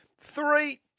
three